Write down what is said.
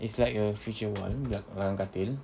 it's like a feature wall belakang katil